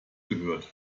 gehört